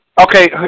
Okay